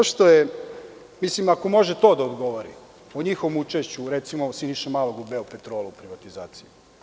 Ako može to da odgovori, o njihovom učešću, recimo Siniše Malog u „Beopetrolu“ privatizaciji.